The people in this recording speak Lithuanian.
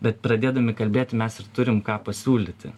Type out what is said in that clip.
bet pradėdami kalbėti mes ir turim ką pasiūlyti